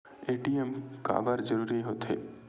ATM काबर जरूरी हो थे?